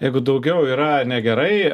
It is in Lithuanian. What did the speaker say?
jeigu daugiau yra negerai